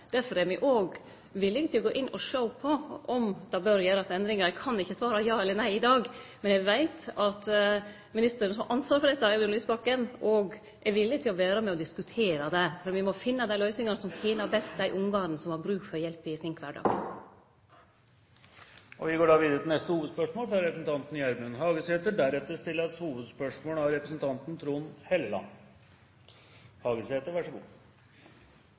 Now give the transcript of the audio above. Derfor er me òg villige til å sjå på om det bør gjerast endringar. Eg kan ikkje svare ja eller nei i dag, men eg veit at den ministeren som har ansvaret for dette, Audun Lysbakken, òg er villig til å vere med på å diskutere det, for me må finne dei løysingane som best tener dei barna som har bruk for hjelp i kvardagen sin. Vi går videre til neste